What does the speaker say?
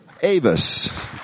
Avis